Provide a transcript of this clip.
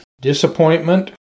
disappointment